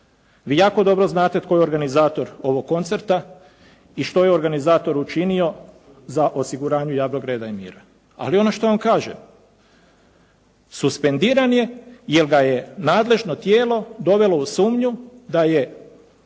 Vi jako dobro znate tko je organizator ovog koncerta i što je organizator učinio za osiguranje javnog reda i mira. Ali ono što on kaže suspendiran je jer ga je nadležno tijelo dovelo u sumnju da je